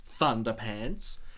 Thunderpants